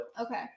okay